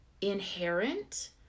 inherent